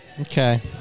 Okay